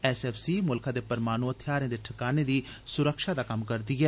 SFC मुलखै दे परमाणु थेआरें दे ठकानें दी सुरक्षा दा कम्म करदी ऐ